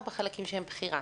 או בחלקים שהם בחירה?